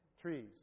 trees